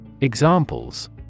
Examples